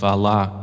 Allah